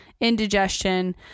indigestion